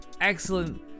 excellent